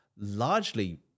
largely